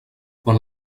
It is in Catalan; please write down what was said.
quan